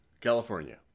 California